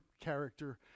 character